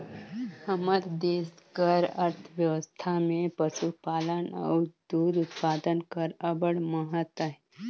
हमर देस कर अर्थबेवस्था में पसुपालन अउ दूद उत्पादन कर अब्बड़ महत अहे